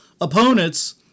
opponents